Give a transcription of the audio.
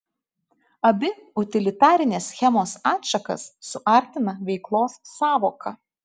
abi utilitarinės schemos atšakas suartina veiklos sąvoka